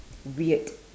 weird